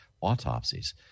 autopsies